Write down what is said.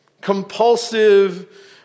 compulsive